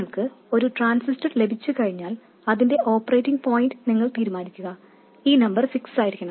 നിങ്ങൾക്ക് ഒരു ട്രാൻസിസ്റ്റർ ലഭിച്ചുകഴിഞ്ഞാൽ അതിന്റെ ഓപ്പറേറ്റിംഗ് പോയിന്റ് നിങ്ങൾ തീരുമാനിക്കുക ഈ നമ്പർ ഫിക്സ് ആയിരിക്കണം